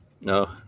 No